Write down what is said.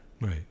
right